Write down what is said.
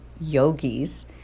yogis